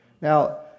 Now